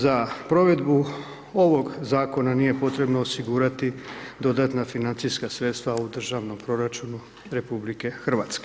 Za provedbu ovog zakona nije potrebno osigurati dodatna financijska sredstva u državnom proračunu RH.